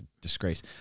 disgrace